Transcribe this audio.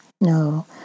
No